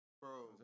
Bro